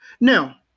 Now